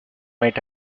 might